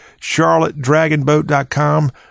charlottedragonboat.com